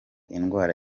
indwara